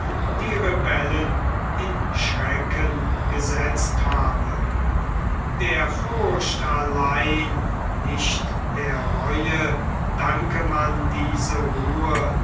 die rebellen in schrecken gesetzt habe der furcht allein nicht der reue danke man diese ruhe